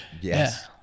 Yes